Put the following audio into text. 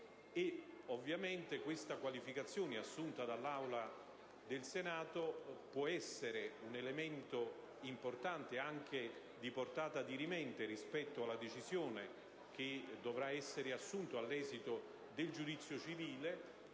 Ovviamente la qualificazione assunta dall'Assemblea del Senato può essere un elemento importante, di portata anche dirimente, rispetto alla decisione che dovrà essere assunta all'esito del giudizio civile.